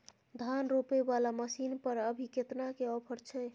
धान रोपय वाला मसीन पर अभी केतना के ऑफर छै?